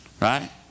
Right